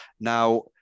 Now